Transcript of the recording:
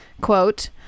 Quote